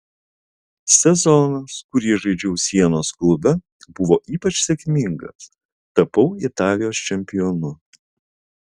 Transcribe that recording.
sezonas kurį žaidžiau sienos klube buvo ypač sėkmingas tapau italijos čempionu